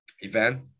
event